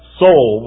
soul